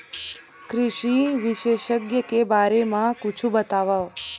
कृषि विशेषज्ञ के बारे मा कुछु बतावव?